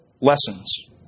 lessons